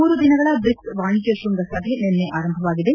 ಮೂರು ದಿನಗಳ ಬ್ರಿಕ್ಸ್ ವಾಣಿಜ್ಯ ಶೃಂಗಸಭೆ ನಿನ್ನೆ ಆರಂಭವಾಗಿದೆ